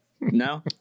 no